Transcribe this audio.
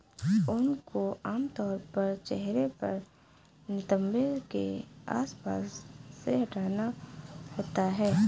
ऊन को आमतौर पर चेहरे और नितंबों के आसपास से हटाना होता है